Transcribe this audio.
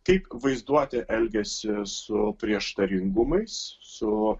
kaip vaizduotė elgiasi su prieštaringumais su